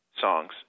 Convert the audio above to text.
songs